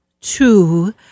two